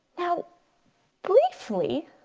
now briefly,